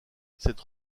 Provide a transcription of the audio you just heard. cette